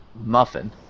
Muffin